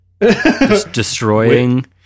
Destroying